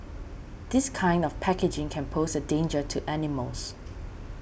this kind of packaging can pose a danger to animals